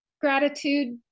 gratitude